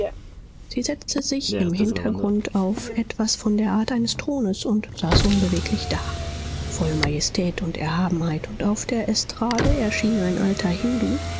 sie setzte sich im hintergrunde auf etwas von der art eines thrones und saß unbeweglich da voll majestät und erhabenheit und auf der estrade erschien ein alter hindu